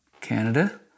Canada